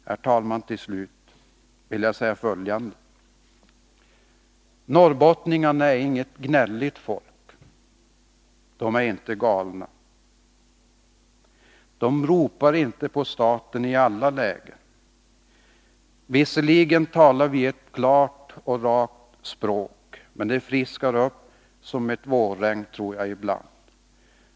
Herr talman! Till slut vill jag bara säga följande. Norrbottningarna är inget gnälligt folk. De är inte galna. De ropar inte på staten i alla lägen. Visserligen talar vi ett klart och rakt språk, men jag tror nog att det ibland friskar upp likt ett vårregn.